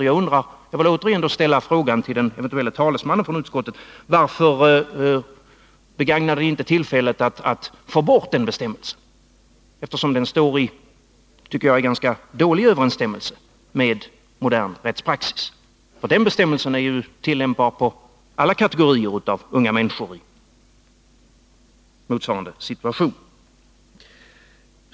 Jag vill återigen ställa frågan till den eventuelle talesmannen för utskottet: Varför begagnade ni inte tillfället att få bort den här bestämmelsen? Jag tycker att den står i ganska dålig överensstämmelse med modern rättspraxis. Och bestämmelsen är ju tillämpbar på alla kategorier av unga människor i motsvarande situation.